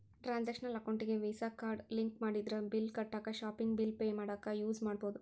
transactional ಅಕೌಂಟಿಗಿ visa card link ಮಾಡಿದ್ರ bill ಕಟ್ಟಾಕ ಶಾಪಿಂಗ್ ಬಿಲ್ ಪೆ ಮಾಡಾಕ ಯೂಸ್ ಮಾಡಬೋದು